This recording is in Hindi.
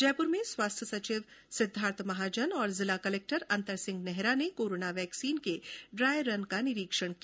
जयपुर में स्वास्थ्य सचिव सिद्धार्थ महाजन और जिला कलेक्टर अंतर सिंह नेहरा ने कोरोना वैक्सीन के ड्राई रन का निरीक्षण किया